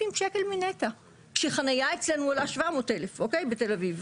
שקל מנת"ע כשחניה אצלנו עולה 700,000 בתל אביב.